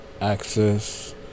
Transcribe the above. access